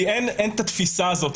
אין את התפיסה הזאת.